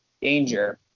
danger